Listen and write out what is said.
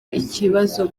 ikibazo